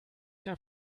der